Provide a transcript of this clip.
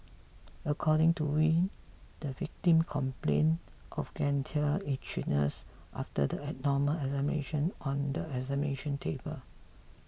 according to Wee the victim complain of genital itchiness after the abdominal examination on the examination table